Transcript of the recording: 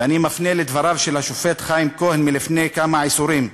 ואני מפנה לדבריו של השופט חיים כהן מלפני כמה עשורים: